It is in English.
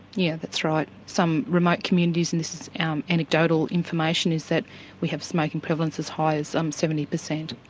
yeah that's right. some remote communities and this is our anecdotal information is that we have smoking prevalence as high as um seventy percent.